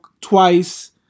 twice